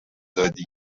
دادی